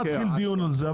לא נתחיל דיון על זה.